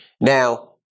Now